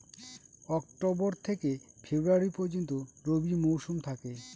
October থেকে February পর্যন্ত রবি মৌসুম থাকে